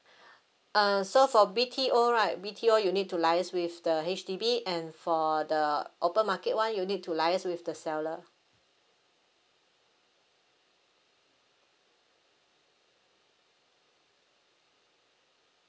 uh so for B_T_O right B_T_O you need to liaise with the H_D_B and for the open market one you need to liaise with the seller